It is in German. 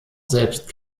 selbst